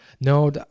no